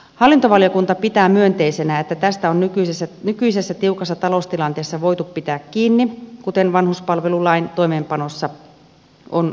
hallintovaliokunta pitää myönteisenä että tästä on nykyisessä tiukassa taloustilanteessa voitu pitää kiinni kuten vanhuspalvelulain toimeenpanossa on osoitettu